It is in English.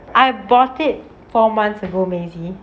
I bought it four months ago maggie